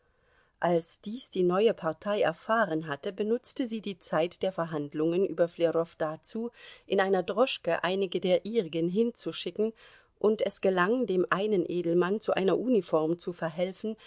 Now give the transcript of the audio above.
als dies die neue partei erfahren hatte benutzte sie die zeit der verhandlungen über flerow dazu in einer droschke einige der ihrigen hinzuschicken und es gelang dem einen edelmann zu einer uniform zu verhelfen